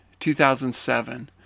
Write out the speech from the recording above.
2007